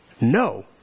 no